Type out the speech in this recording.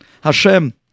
Hashem